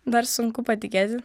dar sunku patikėti